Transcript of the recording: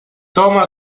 toma